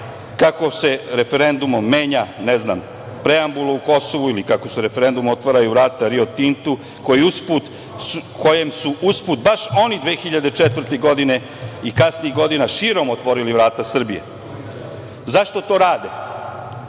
kako se referendumom menja, ne znam, preambula o Kosovu, ili kako se referendumom otvaraju vrata Rio Tintu, kojem su uz put baš oni 2004. godine i kasnijih godina, širom otvorili vrata Srbije.Zašto to rade?